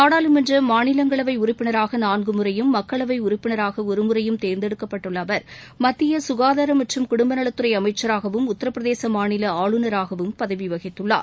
நாடாளுமன்ற மாநிலங்களவை உறுப்பினராக நான்கு முறையும் மக்களவை உறுப்பினராக ஒரு முறையும் தேர்ந்தெடுக்கப்பட்ட அவர் மத்திய கனதார மற்றும் குடும்ப நலத்துறை அமைச்சராகவும் உத்தரப் பிரதேச மாநில ஆளுநராகவும் பதவி வகித்துள்ளார்